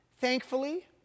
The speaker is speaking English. Thankfully